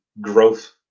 growth